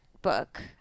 book